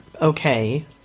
okay